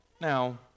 Now